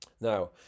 Now